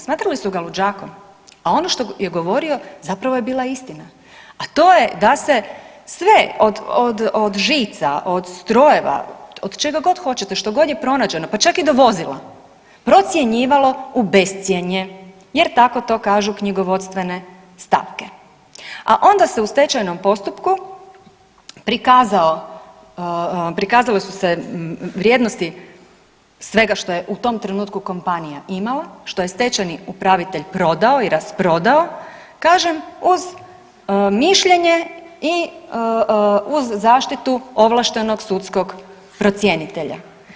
Smatrali su ga luđakom, a ono što je govorio zapravo je bila istina, a to je da se sve od žica, od strojeva, od čega god hoćete, što god je pronađeno, pa čak i do vozila, procjenjivalo u bescjenje jer tako to kažu knjigovodstvene stavke, a onda se u stečajnom postupku prikazao prikazale su se vrijednosti svega što je u tom trenutku kompanija imala, što je stečajni upravitelj prodao i rasprodao kažem uz mišljenje i uz zaštitu ovlaštenog sudskog procjenitelja.